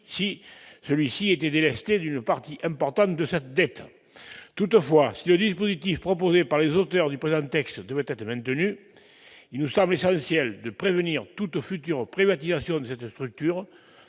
entité soit délestée d'une part importante de sa dette. Toutefois, si le dispositif proposé par les auteurs du présent texte devait être retenu, il nous semblerait essentiel de prévenir toute future privatisation de cette structure,